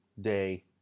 day